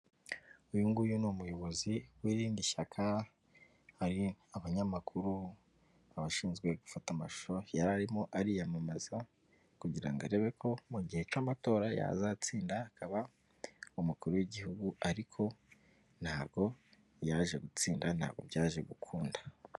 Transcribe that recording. Uyu nguyu ni umuyobozi w'irindi shyaka, hari abanyamakuru, abashinzwe gufata amashusho, yari arimo ariyamamaza kugira ngo arebe ko mu gihe cy'amatora yazatsinda akaba umukuru w'Igihugu ariko ntabwo yaje gutsinda ntabwo byaje gukunda.